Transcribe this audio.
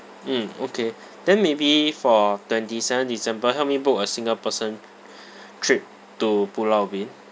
mm okay then maybe for twenty seventh december help me book a single person trip to pulau ubin